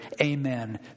Amen